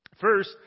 First